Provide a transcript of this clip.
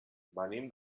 venim